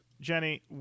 Jenny